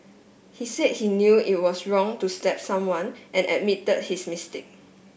he said he knew it was wrong to slap someone and admitted his mistake